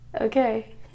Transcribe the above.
okay